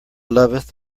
loveth